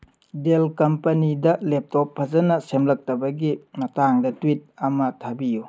Dell ꯀꯝꯄꯅꯤꯗ laptop ꯐꯖꯅ ꯁꯦꯝꯂꯛꯇꯕꯒꯤ ꯃꯇꯥꯡꯗ ꯇ꯭ꯋꯤꯠ ꯑꯃ ꯊꯥꯕꯤꯌꯨ